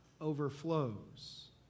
overflows